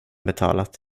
betalat